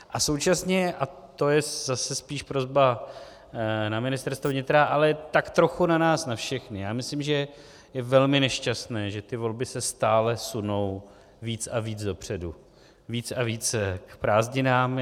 A současně, a to je zase spíš prosba na Ministerstvo vnitra, ale tak trochu na nás na všechny, já myslím, že je velmi nešťastné, že ty volby se stále sunou víc a víc dopředu, víc a víc k prázdninám.